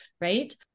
right